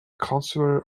consular